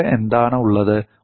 നിങ്ങൾക്ക് എന്താണ് ഉള്ളത്